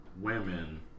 women